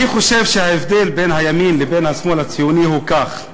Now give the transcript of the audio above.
אני חושב שההבדל בין הימין לבין השמאל הציוני הוא כך,